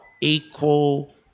equal